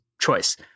choice